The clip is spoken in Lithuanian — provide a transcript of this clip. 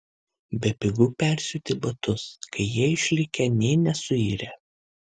bepigu persiūti batus kai jie išlikę nė nesuirę